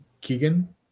Keegan